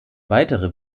weitere